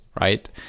Right